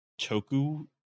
Toku